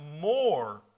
more